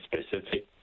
specific